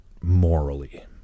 morally